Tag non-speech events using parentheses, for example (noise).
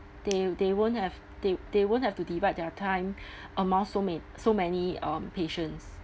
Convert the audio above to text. they they won't have they they won't have to divide their time (breath) among so ma~ so many um patients